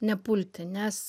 nepulti nes